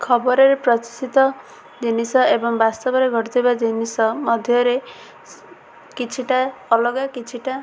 ଖବରରେ ପ୍ରଦର୍ଶିତ ଜିନିଷ ଏବଂ ବାସ୍ତବରେ ଘଟୁଥିବା ଜିନିଷ ମଧ୍ୟରେ କିଛିଟା ଅଲଗା କିଛିଟା